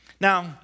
Now